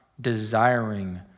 desiring